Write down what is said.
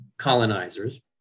colonizers